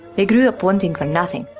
they grew up wanting for nothing,